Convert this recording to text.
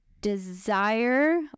desire